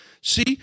See